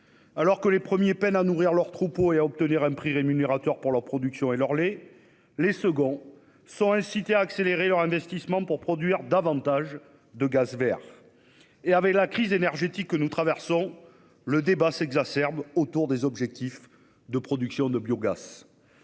Les premiers peinent à nourrir leurs troupeaux et à obtenir un prix rémunérateur pour leurs productions et leur lait ; les seconds sont incités à accélérer leurs investissements pour produire davantage de gaz vert. Avec la crise énergétique que nous traversons, le débat s'exacerbe autour des objectifs de production de biogaz